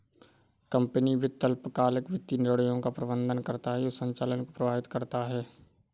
company वित्त अल्पकालिक वित्तीय निर्णयों का प्रबंधन करता है जो संचालन को प्रभावित करता है